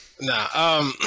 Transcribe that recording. Nah